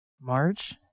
March